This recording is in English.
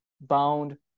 bound